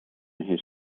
his